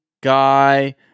guy